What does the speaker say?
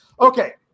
Okay